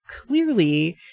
Clearly